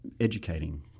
educating